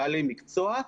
בעלי מקצוע,